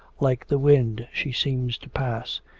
like the wind she seems to pass.